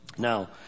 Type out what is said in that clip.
Now